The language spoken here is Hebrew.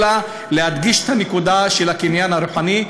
אלא כדי להדגיש את הנקודה של הקניין הרוחני,